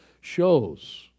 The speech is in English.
shows